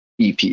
EP